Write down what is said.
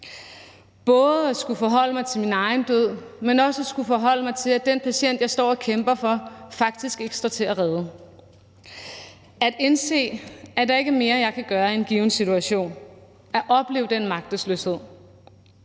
både at skulle forholde mig til min egen død, men også at skulle forholde mig til, at den patient, jeg står og kæmper for, faktisk ikke står til at redde. Det er svært at indse, at der ikke er mere, jeg kan gøre i en given situation, og at opleve den magtesløshed.